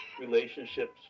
relationships